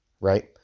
right